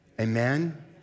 Amen